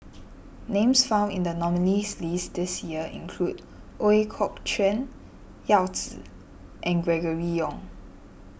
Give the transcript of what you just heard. names found in the nominees list this year include Ooi Kok Chuen Yao Zi and Gregory Yong